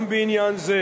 גם בעניין זה